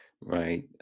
right